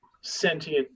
sentient